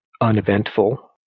Uneventful